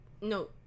No